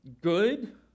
good